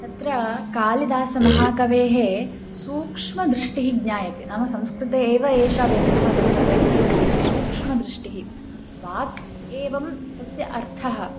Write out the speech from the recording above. तत्र कालिदासमहाकवेः सूक्ष्मदृष्टिः ज्ञायते नाम संस्कृते एव एषा व्यवस्था वर्तते इति ज्ञायते सूक्ष्मदृष्टिः वाक् एवं तस्याः अर्थः